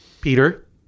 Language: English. Peter